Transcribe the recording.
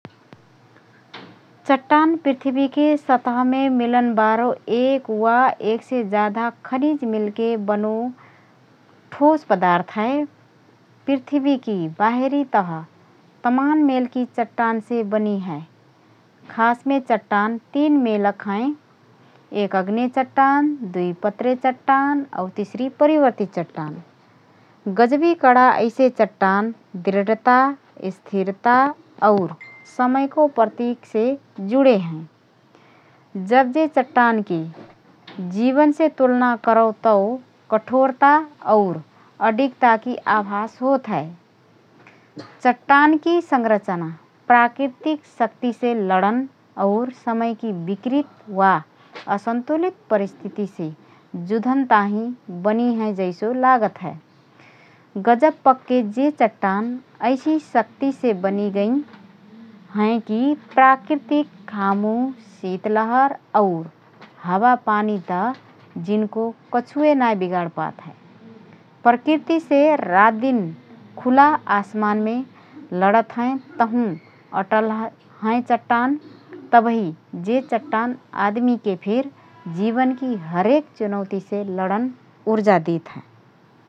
चट्टान पृथ्वीके सतहमे मिलनबारो एक वा एकसे जाधा खनीज मिल्के बनो ठोस पदार्थ हए । पृथ्वीकी बाहिरी तह तमान मेलकी चट्टानसे बनि हए । खासमे चट्टान ३ मेलक हएँ एक आग्नेय चट्टान, दुई पत्रे चट्टान और तिसरी परिवर्तित चट्टान । गजबी कडा ऐसे चट्टान दृढता, स्थिरता और समयको प्रतीकसे जुडे हएँ । जब जे चट्टानके जीवनसे तुलना करओ तओ कठोरता और अडिगताकी आभाष होतहए । चट्टानकी संरचना प्राकृतिक शक्तिसे लडन और समयकी विकृति वा असन्तुलित परिस्थितिसे जुधन ताहिँ बनिहएँ जैसो लागत हए । गजब पक्के जे चट्टान ऐसि शक्तिसे बनिगइँ हएँ की प्राकृतिक घामु, शीत लहर और हावापानी त जिनको कछु नाएँ बिगाडपात हए । प्रकृतिसे रातदिन खुला आसमानसे लडतहएँ तहुँ अटल हए चट्टान । तबही जे चट्टान आदमीके फिर जीवनकी हरेक चुनौतीसे लडन उर्जा देतहएँ ।